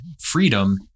freedom